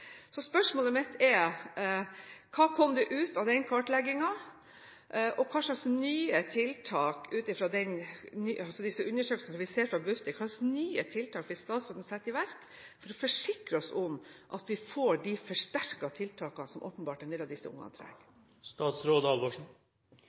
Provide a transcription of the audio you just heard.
Spørsmålet mitt er: Hva kom det ut av den kartleggingen, og hva slags nye tiltak, ut fra disse undersøkelsene som vi ser fra Bufdir, vil staten sette i verk for å forsikre oss om at vi får de forsterkede tiltakene som en del av disse barna åpenbart trenger?